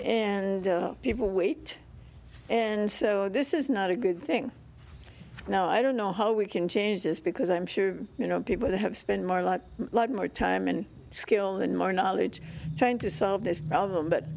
and people wait and so this is not a good thing now i don't know how we can change this because i'm sure you know people that have spent more lot more time and skill than more knowledge trying to solve this problem but